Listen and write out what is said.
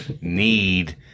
need